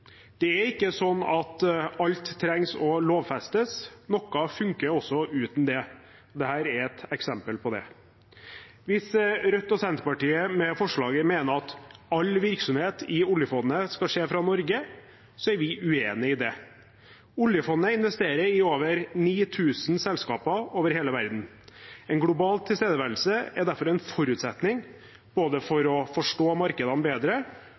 ikke lovfeste alt; noe fungerer også uten det. Dette er et eksempel på det. Hvis Rødt og Senterpartiet med forslaget mener at all virksomhet i oljefondet skal skje fra Norge, er vi uenig i det. Oljefondet investerer i over 9 000 selskaper over hele verden. En global tilstedeværelse er derfor en forutsetning for både å forstå markedene bedre